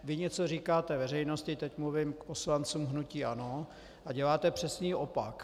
Vy něco říkáte veřejnosti teď mluvím k poslancům hnutí ANO a děláte přesný opak.